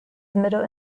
middle